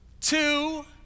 two